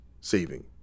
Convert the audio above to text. saving